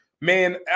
man